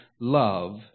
love